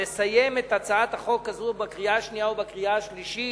לסיים את הצעת החוק הזאת בקריאה שנייה ובקריאה שלישית